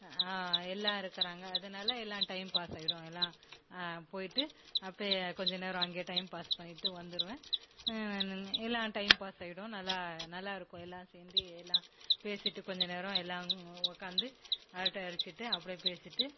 எல்லாம் இருக்குறாங்க அதனால் எல்லாம் டைம் பாஸ் ஆயிவிடும் எல்லாம் போய்விட்டு அப்படியே கொஞ்ச நேரம் அங்கேயே டைம் பாஸ் பண்ணிகிட்டு வந்துருவேன் எல்லாம் டைம் பாஸ் ஆயிடும் நல்லா நல்லா இருக்கும் எல்லாம் சேர்ந்து எல்லாம் பேசிவிட்டு கொஞ்ச நேரம் எல்லாம் உட்காந்து அரட்டை அடிச்சிகிட்டு அப்படியே பேசிவிட்டு